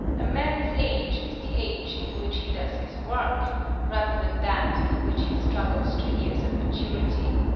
a man's age is the age in which he does his work rather than that in which he struggles to years of maturity.